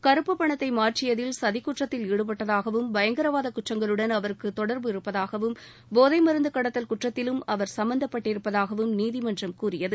கருப்பு பணத்தை மாற்றியதில் சதிக்குற்றத்தில் ஈடுபட்டதாகவும் பயங்கரவாத குற்றங்களுடன் அவருக்கு தொடர்பு இருப்பதாகவும் போதை மருந்து கடத்தல் குற்றத்திலும் அவர் சம்மந்தப்பட்டிருப்பதாகவும் நீதிமன்றம் கூறியது